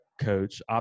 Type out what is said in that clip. coach